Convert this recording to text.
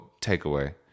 takeaway